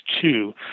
two